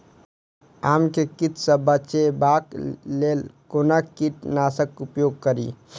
आम केँ कीट सऽ बचेबाक लेल कोना कीट नाशक उपयोग करि?